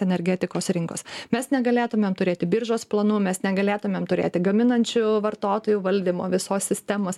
energetikos rinkos mes negalėtumėm turėti biržos planų mes negalėtumėm turėti gaminančių vartotojų valdymo visos sistemos